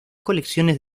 colecciones